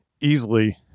easily